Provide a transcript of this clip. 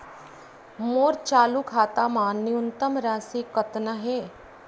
मोर चालू खाता मा न्यूनतम राशि कतना हे?